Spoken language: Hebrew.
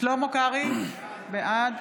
שלמה קרעי, בעד